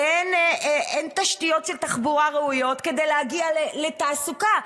אין תשתיות ראויות של תחבורה כדי להגיע לתעסוקה.